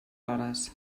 hores